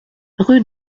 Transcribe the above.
rue